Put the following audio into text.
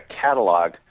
catalog